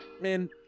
man